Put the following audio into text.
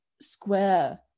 square